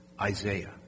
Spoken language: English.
Isaiah